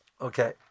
Okay